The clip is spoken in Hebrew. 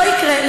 לא יקרה,